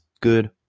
good